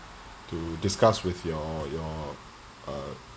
to discuss with your your uh